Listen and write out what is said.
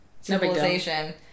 civilization